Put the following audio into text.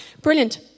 brilliant